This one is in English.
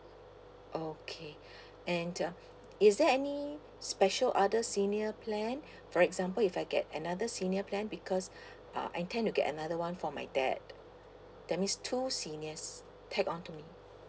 okay and um is there any special order senior plan for example if I get another senior plan because uh I intend to get another [one] for my dad that means two seniors tagged on to me